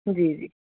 جی جی